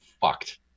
fucked